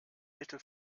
mittel